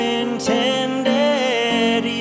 intended